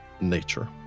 nature